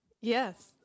Yes